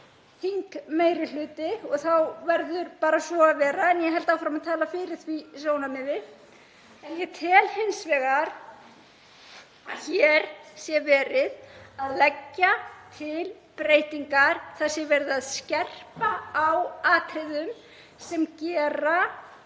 þingmeirihluti og þá verður bara svo að vera en ég held áfram að tala fyrir því sjónarmiði. Hins vegar tel ég að hér sé verið að leggja til breytingar, það sé verið að skerpa á atriðum sem gera